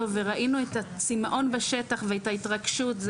וראינו את הצימאון בשטח ואת ההתרגשות,